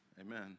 Amen